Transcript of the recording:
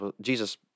Jesus